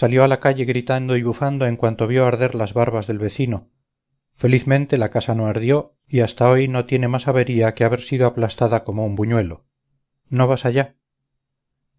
salió a la calle gritando y bufando en cuanto vio arder las barbas del vecino felizmente la casa no ardió y hasta hoy no tiene más avería que haber sido aplastada como un buñuelo no vas allá